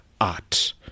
art